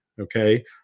Okay